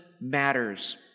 matters